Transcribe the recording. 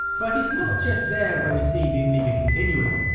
but its not just there where we see the amiga continuing.